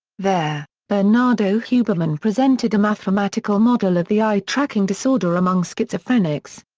there, bernardo huberman presented a mathematical model of the eye tracking disorder among schizophrenics.